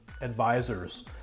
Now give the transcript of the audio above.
advisors